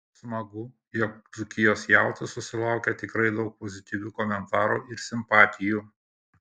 smagu jog dzūkijos jautis susilaukė tikrai daug pozityvių komentarų ir simpatijų